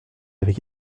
avec